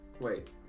Wait